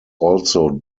also